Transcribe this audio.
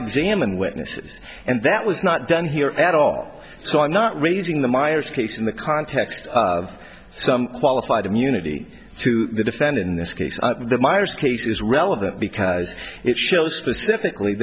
examine witnesses and that was not done here at all so i'm not raising the minor space in the context of some qualified immunity to the defendant in this case the myers case is relevant because it shows specifically